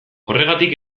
horregatik